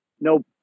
no